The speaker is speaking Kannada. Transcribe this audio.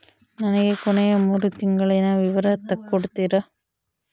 ನನಗ ಕೊನೆಯ ಮೂರು ತಿಂಗಳಿನ ವಿವರ ತಕ್ಕೊಡ್ತೇರಾ?